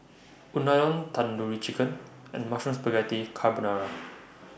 Unadon Tandoori Chicken and Mushroom Spaghetti Carbonara